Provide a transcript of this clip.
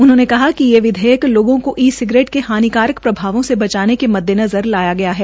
उन्होंने कहा कि ये विधेयक लोगों को ई सिगरेट के हानिकारक प्रभावों से बचाने के मद्देनज़र लाया गया है